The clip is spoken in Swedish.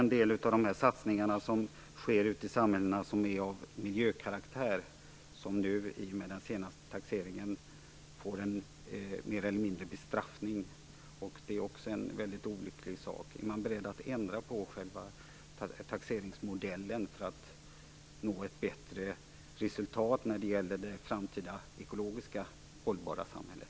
En del av de satsningar som är av miljökaraktär som sker ute i samhällena får i och med den senaste taxeringen mer eller mindre en bestraffning. Det är också mycket olyckligt. Är man beredd att ändra på själva taxeringsmodellen för att nå ett bättre resultat när det gäller det framtida ekologiskt hållbara samhället?